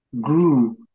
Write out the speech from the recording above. grew